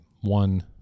one